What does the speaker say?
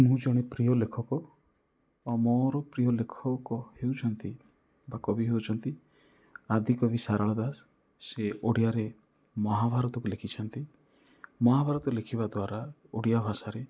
ମୁଁ ଜଣେ ପ୍ରିୟ ଲେଖକ ଆଉ ମୋର ପ୍ରିୟ ଲେଖକ ହେଉଛନ୍ତି ବା କବି ହେଉଛନ୍ତି ଆଦିକବି ସାରଳା ଦାସ ସେ ଓଡ଼ିଆରେ ମହାଭାରତକୁ ଲେଖିଛନ୍ତି ମହାଭାରତ ଲେଖିବା ଦ୍ୱାରା ଓଡ଼ିଆ ଭାଷାରେ